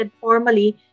formally